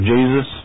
Jesus